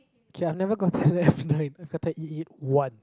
ok I've never gotten F-nine i've gotten E-eight one